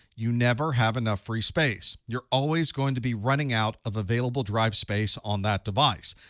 you never have enough free space. you're always going to be running out of available drive space on that device.